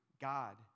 God